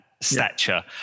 stature